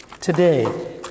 Today